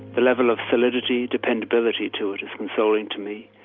the level of solidity, dependability to it is consoling to me.